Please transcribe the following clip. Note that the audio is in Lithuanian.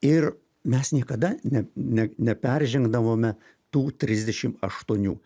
ir mes niekada ne ne neperžengdavome tų trisdešim aštuonių